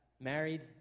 married